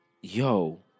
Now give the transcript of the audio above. yo